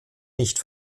nicht